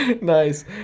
Nice